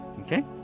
Okay